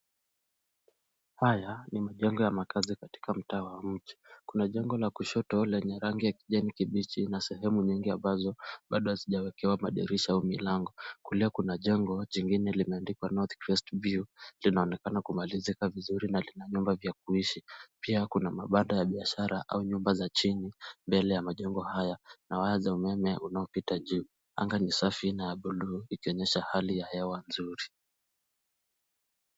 Haya ni majengo ya makazi katika mtaa wa mji. Kuna jengo la kushoto lenye rangi ya kijani kibichi, na sehemu nyingi amabazo bado hazijawekewa madirisha au milango. Kulia kuna jengo jingine ambalo limeandikwa "North Crest View" ,linaonekana kumalizika vizuri na lina vyumba vya kuishi. Pia kuna mabanda ya biashara, au nyumba za chini mbele ya majengo haya, na waya za umeme unaopita juu. Anga ni safi na ya buluu, ikionyesha hali ya hewa nzuri.